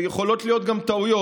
יכולות להיות גם טעויות,